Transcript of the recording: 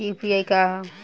UPI का ह?